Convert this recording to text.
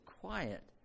quiet